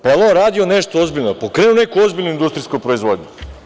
Da li je on radio nešto ozbiljno, pokrenuo neku ozbiljnu industrijsku proizvodnju?